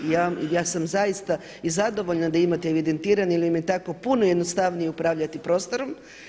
Ja sam zaista i zadovoljna da imate evidentirane jer im je tako puno jednostavnije upravljati prostorom.